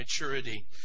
maturity